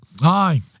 Aye